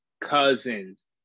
cousins